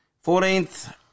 Fourteenth